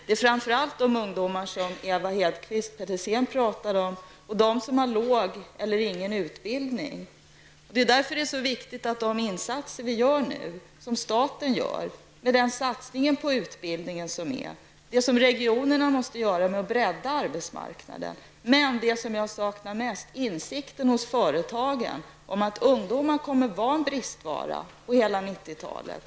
Det gäller framför allt de ungdomar Ewa Hedkvist Petersen talade om och de som har låg eller ingen utbildning. Det är därför det är så viktigt med de insatser staten nu gör med tyngdpunkt på utbildning, och det som man i regionerna måste göra för att bredda arbetsmarknaden. Mest saknar jag dock insikten hos företagen om att ungdomen kommer att vara en bristvara under hela 1990-talet.